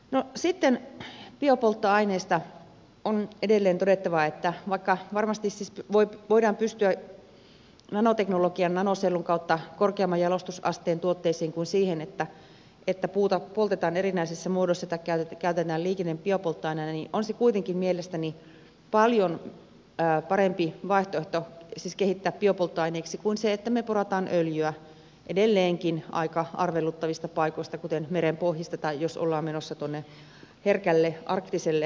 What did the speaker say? sitten biopolttoaineista on edelleen todettava että vaikka varmasti siis voidaan pystyä nanoteknologian nanosellun kautta korkeamman jalostusasteen tuotteisiin kuin siihen että puuta poltetaan erinäisissä muodoissa tai käytetään liikennebiopolttoaineena niin on se kuitenkin mielestäni paljon parempi vaihtoehto siis kehittää biopolttoaineeksi kuin se että me poraamme öljyä edelleenkin aika arveluttavista paikoista kuten merenpohjista tai jos ollaan menossa tuonne herkälle arktiselle alueelle